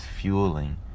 fueling